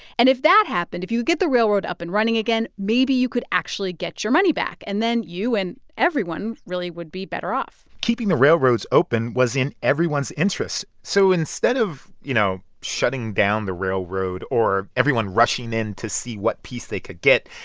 and if that happened, if you get the railroad up and running again, maybe you could actually get your money back. and then you and everyone, really would be better off keeping the railroads open was in everyone's interests. so instead of, you know, shutting down the railroad or everyone rushing in to see what piece they could get,